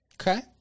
Okay